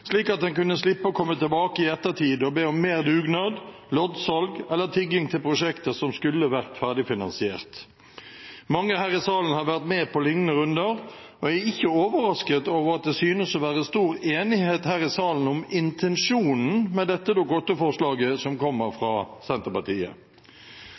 slik at en kunne slippe å komme tilbake i ettertid og be om mer dugnad, loddsalg eller tigging til prosjekter som skulle vært ferdigfinansiert. Mange her i salen har vært med på lignende runder, og jeg er ikke overrasket over at det synes å være stor enighet her i salen om intensjonen med dette Dokument 8-forslaget, som kommer fra Senterpartiet.